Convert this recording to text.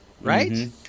right